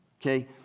Okay